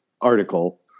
article